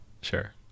sure